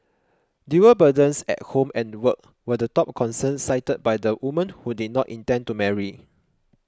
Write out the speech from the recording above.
dual burdens at home and work were the top concern cited by the women who did not intend to marry